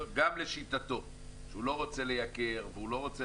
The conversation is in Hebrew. שלשיטתו גם הוא לא רוצה לייקר ולא רוצה